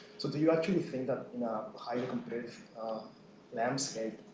so do you actually think that in a highly competitive landscape,